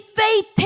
faith